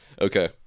Okay